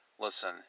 Listen